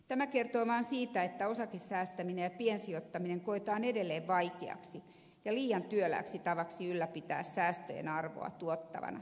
tämä kertoo vaan siitä että osakesäästäminen ja piensijoittaminen koetaan edelleen vaikeaksi ja liian työlääksi tavaksi ylläpitää säästöjen arvoa tuottavana